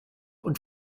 und